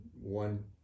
one